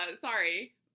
Sorry